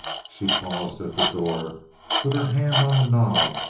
she paused at the door with her hand on the knob,